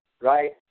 right